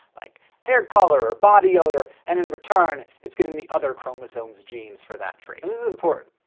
like, hair color or body odor, and in return it's getting the other chromosome's genes for that trait. now this is important.